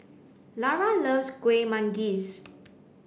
Larae loves Kuih Manggis